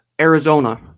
Arizona